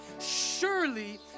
surely